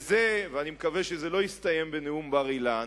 ואני מקווה שזה לא יסתיים בנאום בר-אילן.